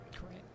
Correct